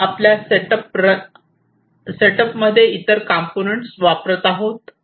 आपण आपल्या set up मध्ये इतर कॉम्पोनन्ट्स वापरत आहोत